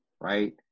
right